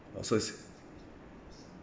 oh so is